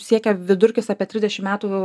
siekia vidurkis apie trisdešim metų